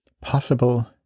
Possible